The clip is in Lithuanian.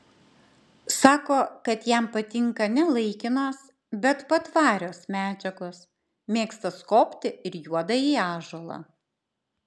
sako kad jam patinka ne laikinos bet patvarios medžiagos mėgsta skobti ir juodąjį ąžuolą